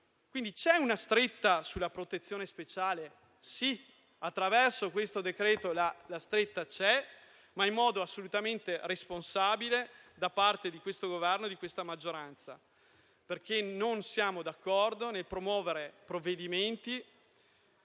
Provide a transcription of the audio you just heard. quindi una stretta sulla protezione speciale? Sì, attraverso questo decreto-legge la stretta c'è, ma in modo assolutamente responsabile da parte di questo Governo e di questa maggioranza. Non siamo d'accordo infatti sul promuovere provvedimenti